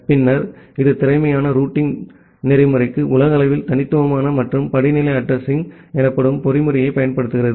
பின்னர் இது திறமையான ரூட்டிங் பொறிமுறைக்கு உலகளவில் தனித்துவமான மற்றும் படிநிலை அட்ரஸிங் எனப்படும் ஒரு பொறிமுறையைப் பயன்படுத்துகிறது